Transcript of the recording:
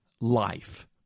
life